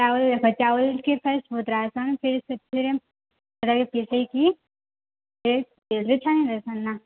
ଚାଉଲ୍ ଦେଖ ଚାଉଲ୍ କେ ଫାଷ୍ଟ୍ ବତରାସାନ୍ ଫେର୍ ସେଥିରେ ରାଇସ୍ ପିସେଇକି ସେ ତେଲରେ ଛାଣି ଦେଇ ଥାନ୍ ନା